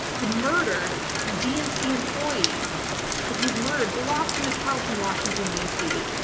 the murdered dnc employee who was murdered blocks from his house in washington dc,